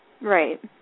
Right